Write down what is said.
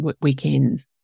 weekends